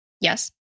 yes